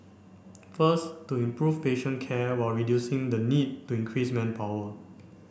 first to improve patient care while reducing the need to increase manpower